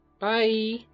Bye